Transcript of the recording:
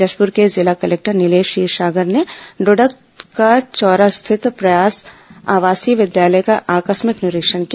जशपूर के जिला कलेक्टर नीलेश क्षीरसागर ने डोडकराचौरा स्थित प्रयास आवासीय विद्यालय का आकस्मिक निरीक्षण किया